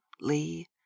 Lee